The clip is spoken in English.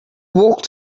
walked